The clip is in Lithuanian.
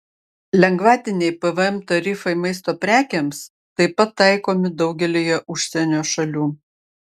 lengvatiniai pvm tarifai maisto prekėms taip pat taikomi daugelyje užsienio šalių